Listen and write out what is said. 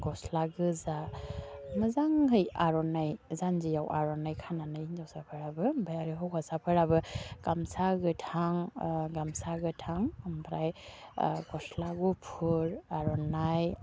गस्ला गोजा मोजांहै आर'नाइ जान्जियाव आर'नाइ खानानै हिन्जावसाफोराबो ओमफाय हौवासाफोराबो गामसा गोथां गामसा गोथां ओमफाय गस्ला गुफुर आर'नाइ